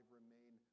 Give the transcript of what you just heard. remain